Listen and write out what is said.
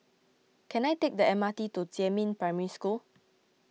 can I take the M R T to Jiemin Primary School